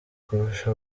kurusha